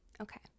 okay